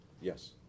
Yes